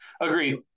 Agreed